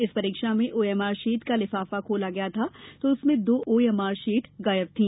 इस परीक्षा में ओएमआर शीट का लिफाफा खोला गया था तो उसमें दो ओएमआर शीट गायब थी